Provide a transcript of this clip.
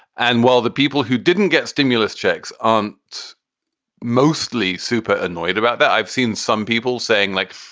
and while the people who didn't get stimulus checks aren't mostly super annoyed about that, i've seen some people saying, like